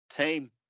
Team